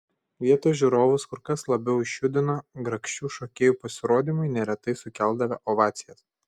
vietos žiūrovus kur kas labiau išjudino grakščių šokėjų pasirodymai neretai sukeldavę ovacijas